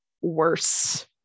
worse